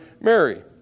Mary